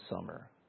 summer